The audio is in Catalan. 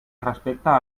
respecta